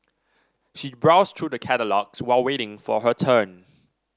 she browsed through the catalogues while waiting for her turn